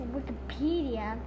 Wikipedia